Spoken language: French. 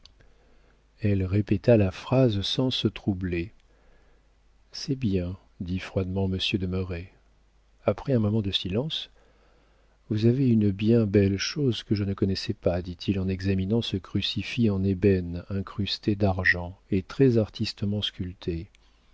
elle répéta la phrase sans se troubler c'est bien dit froidement monsieur de merret après un moment de silence vous avez une bien belle chose que je ne connaissais pas dit-il en examinant ce crucifix d'ébène incrusté d'argent et très artistement sculpté